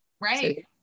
Right